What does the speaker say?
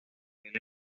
papel